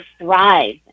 thrive